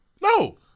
No